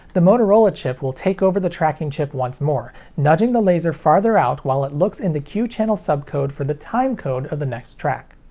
the motorola chip will take over the tracking chip once more, nudging the laser farther out while it looks in the q channel subcode for the timecode of the next track.